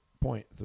Point